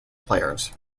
players